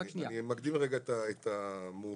אני מקדים את המאוחר,